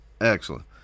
Excellent